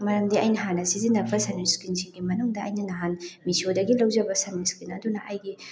ꯃꯇꯝꯗꯤ ꯑꯩꯅ ꯍꯥꯟꯅ ꯁꯤꯖꯤꯟꯅꯕ ꯁꯟ ꯏ꯭ꯁꯀ꯭ꯔꯤꯟ ꯁꯤꯡꯒꯤ ꯃꯅꯨꯡꯗ ꯑꯩꯅ ꯅꯍꯥꯟ ꯃꯤꯁꯣꯗꯒꯤ ꯂꯧꯖꯕ ꯁꯟ ꯏ꯭ꯁꯀ꯭ꯔꯤꯟ ꯑꯗꯨꯅ ꯑꯩꯒꯤ